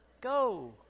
Go